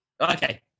okay